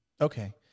Okay